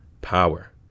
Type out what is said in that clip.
power